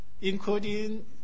including